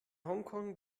hongkong